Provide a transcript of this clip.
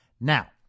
Now